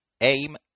aim